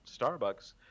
Starbucks